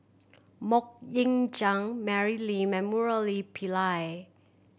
Mok Ying Jang Mary Lim and Murali Pillai